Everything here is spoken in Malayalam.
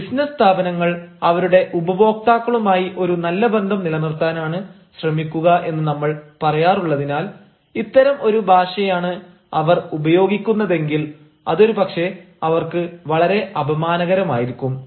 ബിസിനസ് സ്ഥാപനങ്ങൾ അവരുടെ ഉപഭോക്താക്കളുമായി ഒരു നല്ല ബന്ധം നിലനിർത്താനാണ് ശ്രമിക്കുക എന്ന് നമ്മൾ പറയാറുള്ളതിനാൽ ഇത്തരം ഒരു ഭാഷയാണ് അവർ ഉപയോഗിക്കുന്നതെങ്കിൽ അത് ഒരു പക്ഷേ അവർക്ക് വളരെ അപമാനകരമായിരിക്കും